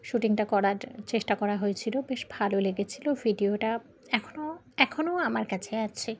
শ্যুটিংটা করার চেষ্টা করা হয়েছিল বেশ ভালো লেগেছিল ভিডিওটা এখনও এখনও আমার কাছে আছে